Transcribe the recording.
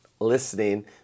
listening